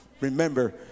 remember